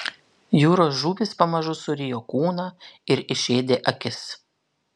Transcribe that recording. jūros žuvys pamažu surijo kūną ir išėdė akis